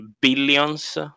billions